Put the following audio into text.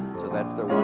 that's the